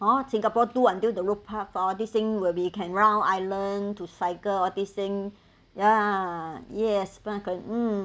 oh singapore do until the road path all this thing will be can round island to cycle all these thing ya yes mm